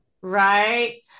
Right